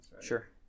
Sure